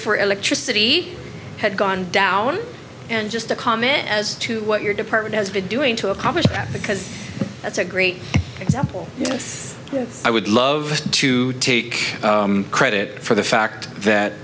for electricity had gone down and just a comment as to what your department has been doing to accomplish that because that's a great example i would love to take credit for the fact that